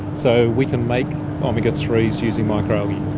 so we can make omega threes using microalgae.